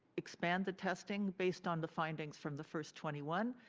expand the testing based on the findings from the first twenty one.